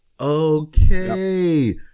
Okay